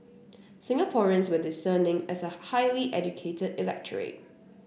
Singaporeans were discerning as a highly educated electorate